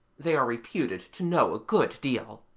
they are reputed to know a good deal.